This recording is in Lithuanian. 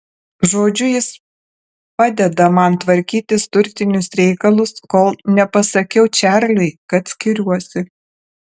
žodžiu jis padeda man tvarkytis turtinius reikalus kol nepasakiau čarliui kad skiriuosi